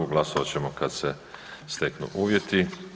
Glasovat ćemo kad se steknu uvjeti.